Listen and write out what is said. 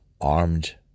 armed